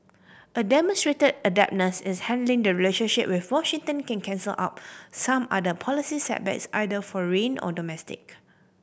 a demonstrated adeptness is handling the relationship with Washington can cancel out some other policy setbacks either foreign or domestic